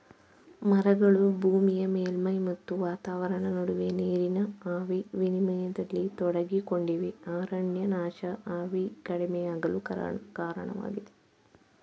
ಮರಗಳು ಭೂಮಿಯ ಮೇಲ್ಮೈ ಮತ್ತು ವಾತಾವರಣ ನಡುವೆ ನೀರಿನ ಆವಿ ವಿನಿಮಯದಲ್ಲಿ ತೊಡಗಿಕೊಂಡಿವೆ ಅರಣ್ಯನಾಶ ಆವಿ ಕಡಿಮೆಯಾಗಲು ಕಾರಣವಾಗಿದೆ